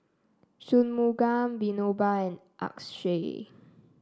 Shunmugam Vinoba and Akshay